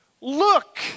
Look